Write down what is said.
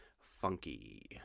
funky